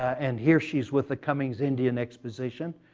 and here she's with the cummins' indian exposition.